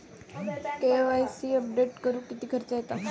KYC update करुक किती खर्च येता?